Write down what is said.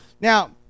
Now